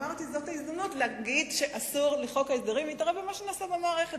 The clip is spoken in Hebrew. אמרתי שזאת ההזדמנות להגיד שאסור לחוק ההסדרים להתערב במה שנעשה במערכת.